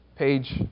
Page